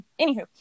Anywho